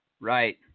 Right